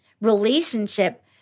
relationship